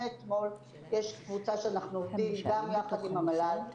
מאתמול יש קבוצה שאנחנו גם יחד עם המל"ל,